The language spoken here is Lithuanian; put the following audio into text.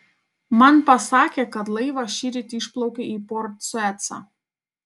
man pasakė kad laivas šįryt išplaukė į port suecą